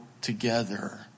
together